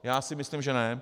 Já si myslím, že ne.